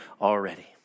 already